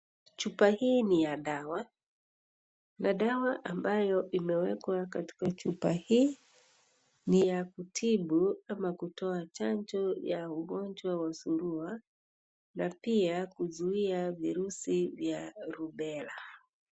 Chupa hii ni ya dawa , na dawa ambayo imewekwa katika chupa hii ni ya kutibu ama kutoa chanjo ya ugonjwa wa surua na pia kuzuia virusi vya rubela.